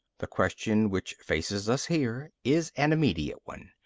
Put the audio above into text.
the question which faces us here is an immediate one.